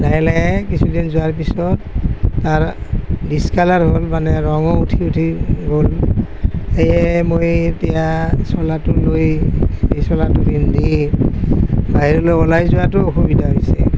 লাহে লাহে কিছুদিন যোৱাৰ পিছত তাৰ ডিছকালাৰ হ'ল মানে ৰঙো উঠি উঠি গ'ল সেয়েহে মই এতিয়া চোলাটো লৈ এই চোলাটো পিন্ধি বাহিৰলৈ ওলাই যোৱাতো অসুবিধা হৈছে